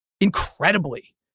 incredibly